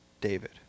David